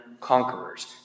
conquerors